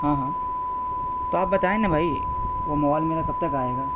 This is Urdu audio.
ہاں ہاں تو آپ بتائیں نا بھائی وہ مووائل میرا کب تک آئے گا